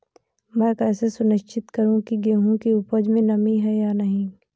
मैं कैसे सुनिश्चित करूँ की गेहूँ की उपज में नमी है या नहीं?